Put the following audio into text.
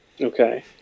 okay